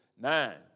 Nine